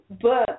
book